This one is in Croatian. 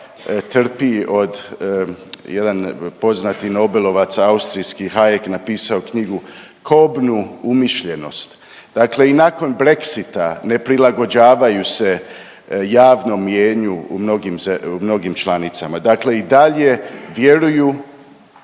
trpi od jedan poznati Nobelovac austrijski Hajek je napisao knjigu „Kobnu umišljenost“. Dakle i nakon Brexsitea ne prilagođavaju se javnom mnijenju u mnogim članicama. Dakle i dalje vjeruju